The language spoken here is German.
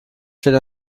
steht